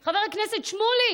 חבר הכנסת שמולי,